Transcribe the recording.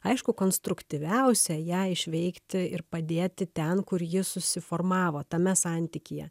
aišku konstruktyviausia ją išveikti ir padėti ten kur ji susiformavo tame santykyje